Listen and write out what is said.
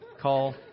call